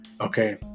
Okay